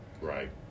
Right